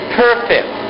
perfect